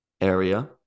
area